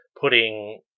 putting